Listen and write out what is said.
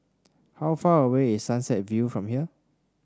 how far away is Sunset View from here